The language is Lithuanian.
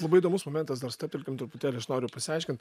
labai įdomus momentas dar stabtelkim truputėlį aš noriu pasiaiškint